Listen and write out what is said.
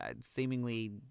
seemingly